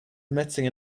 emitting